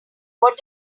what